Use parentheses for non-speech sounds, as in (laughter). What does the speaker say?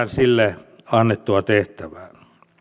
(unintelligible) sille annettua tehtävää